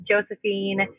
Josephine